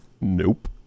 Nope